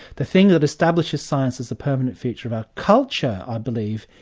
the thing that establishes science as the permanent feature of our culture, i believe,